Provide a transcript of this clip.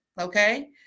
okay